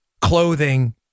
clothing